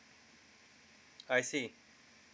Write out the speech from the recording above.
I see